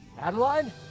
Adeline